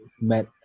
met